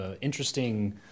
interesting